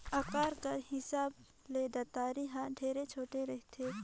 अकार कर हिसाब ले दँतारी हर ढेरे छोटे रहथे